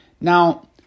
Now